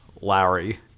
larry